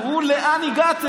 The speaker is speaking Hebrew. תראו, לאן הגעתם.